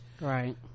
Right